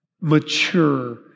mature